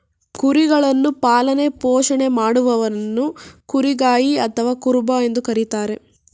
ಕುರಿಗಳನ್ನು ಪಾಲನೆ ಪೋಷಣೆ ಮಾಡುವವನನ್ನು ಕುರಿಗಾಯಿ ಅಥವಾ ಕುರುಬ ಎಂದು ಕರಿತಾರೆ